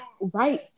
right